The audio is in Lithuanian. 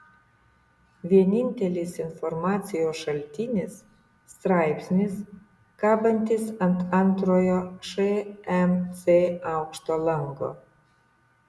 vienintelis informacijos šaltinis straipsnis kabantis ant antrojo šmc aukšto lango